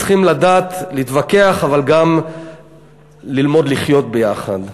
צריכים לדעת להתווכח אבל גם ללמוד לחיות יחד.